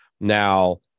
Now